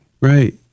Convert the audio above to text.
right